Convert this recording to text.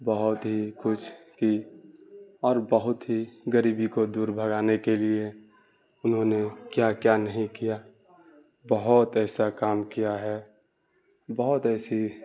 بہت ہی کوشش کی اور بہت ہی غریبی کو دور بھگانے کے لیے انہوں نے کیا کیا نہیں کیا بہت ایسا کام کیا ہے بہت ایسی